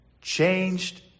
changed